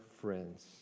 friends